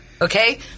Okay